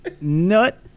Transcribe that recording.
nut